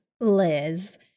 liz